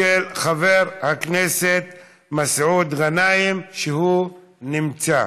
של חבר הכנסת מסעוד גנאים, שנמצא.